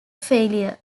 failure